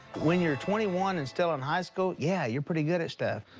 when you're twenty one and still in high school, yeah, you're pretty good at stuff.